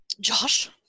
Josh